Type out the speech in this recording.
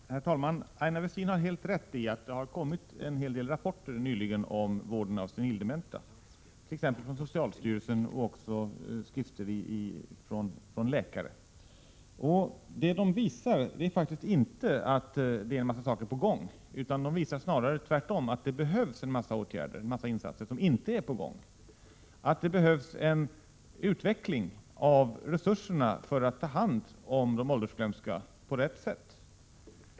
Herr talman! Aina Westin har helt rätt i att det har kommit en hel del rapporter nyligen om vården av senildementa, t.ex. från socialstyrelsen, men också från olika läkare. Det de visar är faktiskt inte att det är en massa saker på gång. De visar snarare tvärtom att det behövs en massa insatser som inte är på gång, att det behövs en utveckling av resurserna för att ta hand om de åldersglömska på rätt sätt.